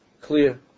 clear